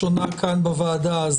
כאן בוועדה.